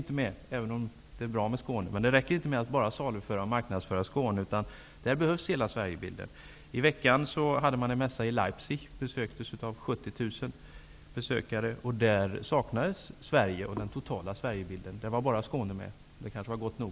Att marknadsföra Skåne är bra, men det räcker inte att bara agera för Skåne, utan hela Sverigebilden behövs. Under den gångna veckan genomfördes en mässa i Leipzig, vilken besöktes av 70 000 personer, och där saknades den totala Sverigebilden. Bara Skåne var representerat -- det kanske var gott nog.